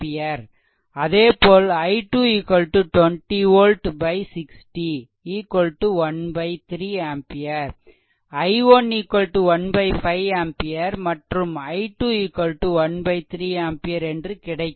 அதேபோல் i2 20 volt 60 1 3 ampere i1 1 5 ampere மற்றும் i2 1 3 ampere என்று கிடைக்கிறது